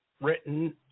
written